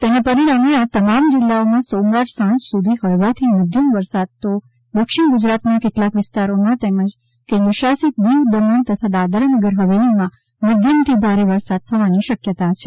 તેના પરિણામે આ તમામ જીલ્લાઓમાં સોમવાર સાંજ સુધી હળવાથી મધ્યમ વરસાદ તો દક્ષિણલ ગુજરાતના કેટલાક વિસ્તારોમાં તેમજ કેન્દ્રશાસિત દિવ દમણ તથા દાદરાનગર હવેલીમાં મધ્યમથી ભારે વરસાદ થવાની શક્યતા છે